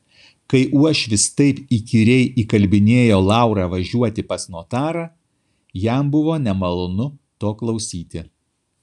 kai uošvis taip įkyriai įkalbinėjo laurą važiuoti pas notarą jam buvo nemalonu to klausyti